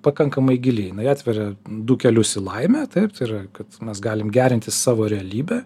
pakankamai gili jinai atveria du kelius į laimę taip tai yra kad mes galim gerinti savo realybę